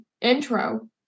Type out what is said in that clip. intro